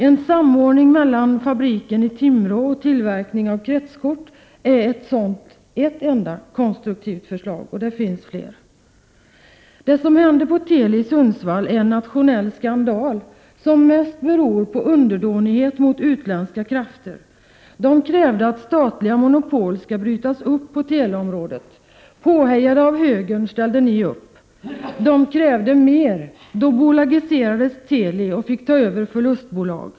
En samordning mellan fabriken i Timrå och tillverkningen av kretskort är ett enda sådant konstruktivt förslag. Det finns fler. Det som händer på Teli i Sundsvall är en nationell skandal, som mest beror på underdånighet mot utländska krafter. Dessa krafter krävde att statliga monopol skulle brytas på teleområdet. Påhejade av högern ställde ni upp. Dessa krafter krävde mer, då bolagiserades Teli och fick ta över förlustbolag.